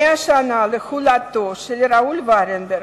100 שנה להולדתו של ראול ולנברג,